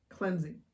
cleansing